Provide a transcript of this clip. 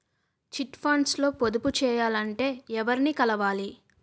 Chit funds లో పొదుపు చేయాలంటే ఎవరిని కలవాలి?